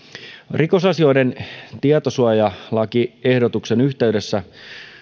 rikosasioiden tietosuojalakiehdotuksen käsittelyn yhteydessä